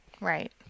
Right